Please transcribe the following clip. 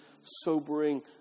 sobering